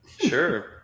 Sure